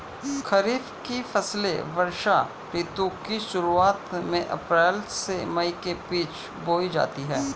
खरीफ की फसलें वर्षा ऋतु की शुरुआत में अप्रैल से मई के बीच बोई जाती हैं